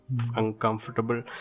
uncomfortable